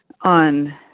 on